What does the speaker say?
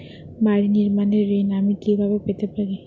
বাড়ি নির্মাণের ঋণ আমি কিভাবে পেতে পারি?